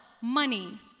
money